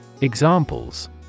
Examples